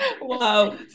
Wow